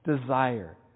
desire